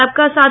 சப்கா சாத்